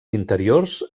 interiors